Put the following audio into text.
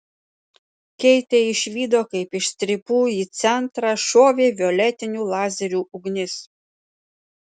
keitė išvydo kaip iš strypų į centrą šovė violetinių lazerių ugnis